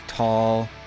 Tall